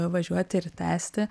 važiuoti ir tęsti